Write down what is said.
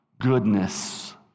goodness